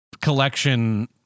collection